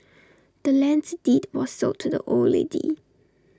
the land's deed was sold to the old lady